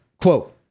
quote